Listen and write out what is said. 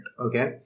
Okay